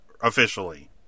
officially